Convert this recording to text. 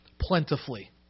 plentifully